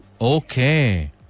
Okay